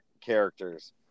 characters